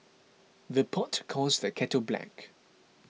the pot calls the kettle black